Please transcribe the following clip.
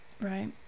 Right